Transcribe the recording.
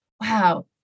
wow